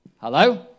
Hello